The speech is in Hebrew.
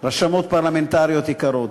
רשמות פרלמנטריות יקרות,